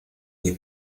nie